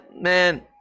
man